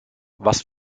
was